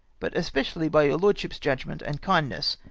but especially by your lord ship's judgment and kindness,